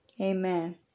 Amen